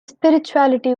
spirituality